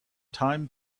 time